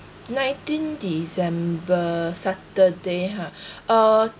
nineteen december saturday ha uh